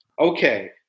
Okay